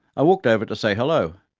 i walked over to say hello,